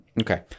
Okay